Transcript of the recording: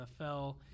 NFL